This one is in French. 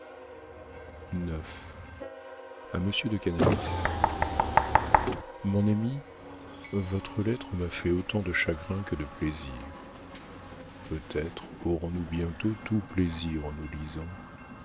de canalis mon ami votre lettre m'a fait autant de chagrin que de plaisir peut-être aurons-nous bientôt tout plaisir en nous lisant